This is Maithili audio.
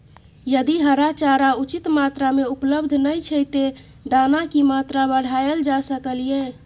यदि हरा चारा उचित मात्रा में उपलब्ध नय छै ते दाना की मात्रा बढायल जा सकलिए?